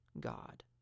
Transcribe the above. God